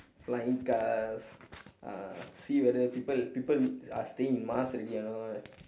flying cars uh see whether people people are staying in mars already or not